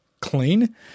clean